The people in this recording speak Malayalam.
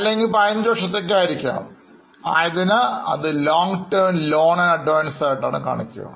അല്ലെങ്കിൽ 15 വർഷത്തേക്ക് ആയിരിക്കാം ആയതിനാൽ അത് Long Term ലോൺ അഡ്വാൻസ് ആയിട്ടാണ് കാണിക്കുക